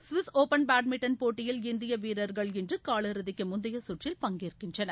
Swiss Open badminton போட்டியில் இந்திய வீரர்கள் இன்று காலிறுதிக்கு முந்தைய சுற்றில் பங்கேற்கின்றனர்